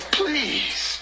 please